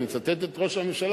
אני מצטט את ראש הממשלה,